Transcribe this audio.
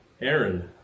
Aaron